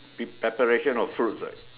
per preparations of fruits right